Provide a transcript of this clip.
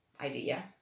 idea